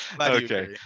Okay